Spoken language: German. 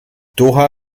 doha